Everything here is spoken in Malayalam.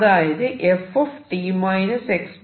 അതായത് f t - xv